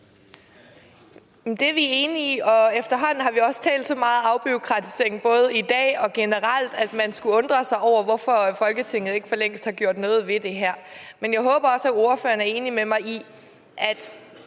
det er vi enige i, og efterhånden har vi også talt så meget afbureaukratisering både i dag og generelt, at man må undre sig over, hvorfor Folketinget ikke for længst har gjort noget ved det her. Men jeg håber også, at ordføreren er enig med mig i, at